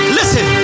Listen